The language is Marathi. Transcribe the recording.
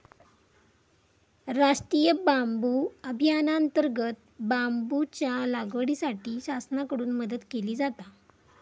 राष्टीय बांबू अभियानांतर्गत बांबूच्या लागवडीसाठी शासनाकडून मदत केली जाता